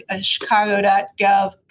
Chicago.gov